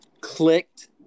clicked